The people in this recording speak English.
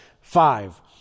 Five